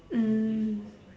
mm